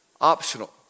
optional